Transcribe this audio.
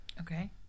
Okay